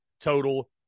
total